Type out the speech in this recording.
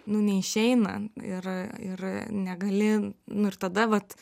nu neišeina ir ir negali nu ir tada vat